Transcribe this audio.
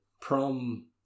prom